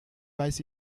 weiß